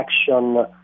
action